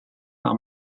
par